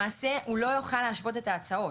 למעשה הוא לא יוכל להשוות את ההצעות.